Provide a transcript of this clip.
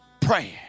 Praying